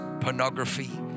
pornography